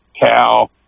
cow